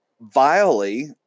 vilely